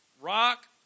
rock